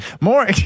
More